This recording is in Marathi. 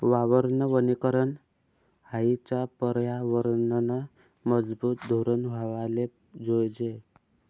वावरनं वनीकरन हायी या परयावरनंनं मजबूत धोरन व्हवाले जोयजे